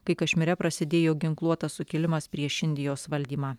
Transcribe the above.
kai kašmyre prasidėjo ginkluotas sukilimas prieš indijos valdymą